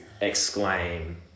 exclaim